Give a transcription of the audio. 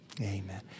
amen